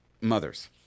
mothers